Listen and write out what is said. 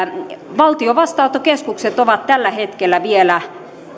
valtion vastaanottokeskukset ovat tällä hetkellä vielä